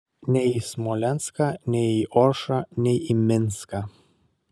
nei į smolenską nei į oršą nei į minską